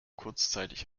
kurzzeitig